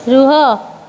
ରୁହ